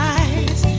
eyes